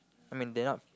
I mean they're not